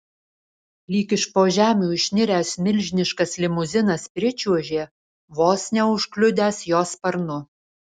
lyg iš po žemių išniręs milžiniškas limuzinas pričiuožė vos neužkliudęs jo sparnu